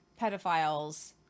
pedophiles